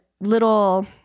little